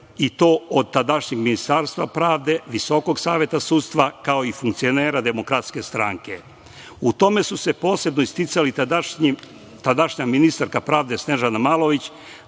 i to od tadašnjeg Ministarstva pravde, Visokog saveta sudstva, kao i funkcionera DS. U tome su se posebno isticali tadašnja ministarka pravde Snežana Malović,